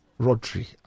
Rodri